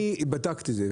אני בדקתי את זה.